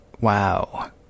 Wow